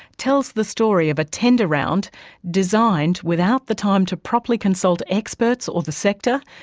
tells the story of a tender round designed without the time to properly consult experts or the sector,